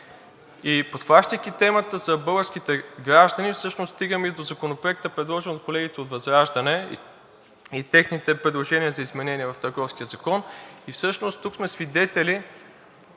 Подхващайки темата за българските граждани, всъщност стигаме и до Законопроекта, предложен от колегите от ВЪЗРАЖДАНЕ и техните предложения за изменения в Търговския закон, всъщност тук сме свидетели